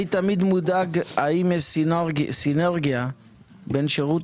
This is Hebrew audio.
אני תמיד מודאג האם יש סינגריה בין שירות